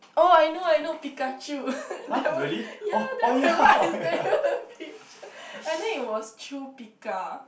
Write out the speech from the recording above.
oh I know I know Pikachu that one ya that one I remember I sent you that picture and then it was Chu Pika